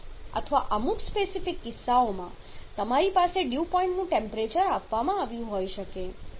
અથવા અમુક સ્પેસિફિક કિસ્સાઓમાં તમારી પાસે ડ્યૂ પોઇન્ટનું ટેમ્પરેચર આપવામાં આવ્યું હોઈ શકે છે